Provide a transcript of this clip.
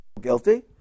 guilty